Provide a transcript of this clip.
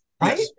right